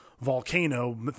Volcano